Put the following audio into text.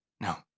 No